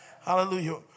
hallelujah